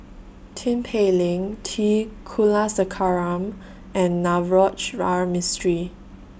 Tin Pei Ling T Kulasekaram and Navroji R Mistri